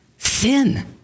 Sin